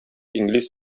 инглиз